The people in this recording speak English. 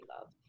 love